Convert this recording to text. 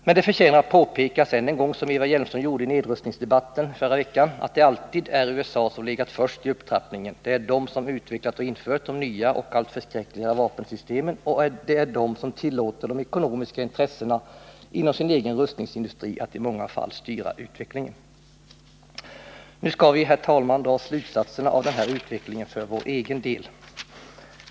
Men det förtjänar att påpekas än en gång — som Eva Hjelmström gjorde i nedrustningsdebatten förra veckan — att det alltid är USA som har legat först i upptrappningen. Det är USA som har utvecklat och infört de nya och allt förskräckligare vapensystemen, och det är USA som tillåter de ekonomiska intressena inom sin egen rustningsindustri att i många fall styra utvecklingen. Nu skall vi, herr talman, dra slutsatserna av denna utveckling för vår egen del.